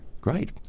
Great